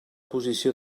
posició